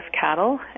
cattle